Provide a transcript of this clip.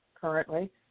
currently